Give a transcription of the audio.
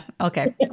Okay